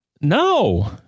No